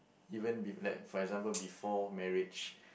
even be like for example before marriage